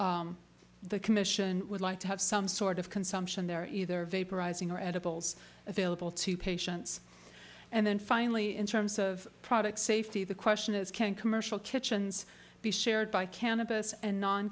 the commission would like to have some sort of consumption there either vaporizing or edibles available to patients and then finally in terms of product safety the question is can commercial kitchens be shared by cannabis and non